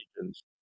regions